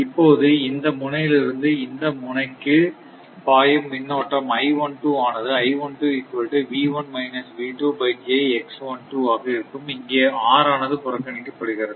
இப்போது இந்த முனையிலிருந்து இந்த முனைக்கு பாயும் மின்னோட்டம் ஆனது ஆக இருக்கும் இங்கே r ஆனது புறக்கணிக்கப்படுகிறது